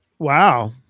Wow